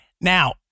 Now